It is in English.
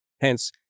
Hence